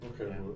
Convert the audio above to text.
Okay